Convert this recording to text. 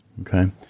Okay